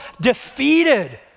defeated